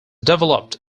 developed